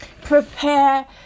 Prepare